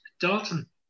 Dalton